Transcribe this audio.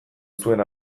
zuen